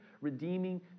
redeeming